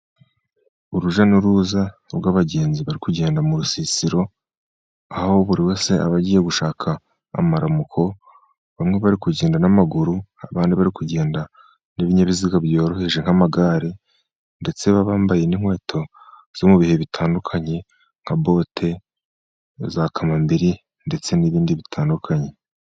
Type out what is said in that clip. Urujya n'uruza rw'abagenzi bari kugenda mu rusisiro, aho buri wese aba agiye gushaka amaramuko. Bamwe bari kugenda n'amaguru, abandi bari kugenda n'ibinyabiziga byoroheje nk'amagare, ndetse baba bambaye n'inkweto zo mu bihe bitandukanye nka bote, za kamambiri ndetse n'ibindi bitandukanye.